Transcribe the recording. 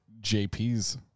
JP's